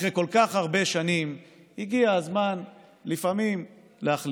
אחרי כל כך הרבה שנים הגיע הזמן לפעמים להחליף.